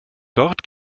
dort